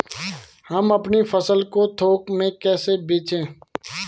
हम अपनी फसल को थोक में कैसे बेचें?